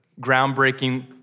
Groundbreaking